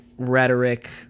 rhetoric